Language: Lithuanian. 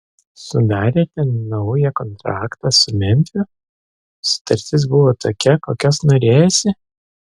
sudarėte naują kontraktą su memfiu sutartis buvo tokia kokios norėjosi